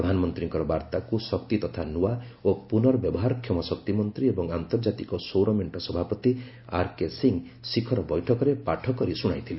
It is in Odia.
ପ୍ରଧାନମନ୍ତ୍ରୀଙ୍କର ବାର୍ତ୍ତାକୁ ଶକ୍ତି ତଥା ନୂଆ ଓ ପୁନର୍ବ୍ୟବହାରକ୍ଷମ ଶକ୍ତିମନ୍ତ୍ରୀ ଏବଂ ଆନ୍ତର୍ଜାତିକ ସୌରମେଣ୍ଟ ସଭାପତି ଆର୍କେ ସିଂ ଶିଖର ବୈଠକରେ ପାଠ କରି ଶୁଣାଇଥିଲେ